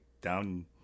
down